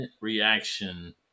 reaction